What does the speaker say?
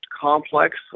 complex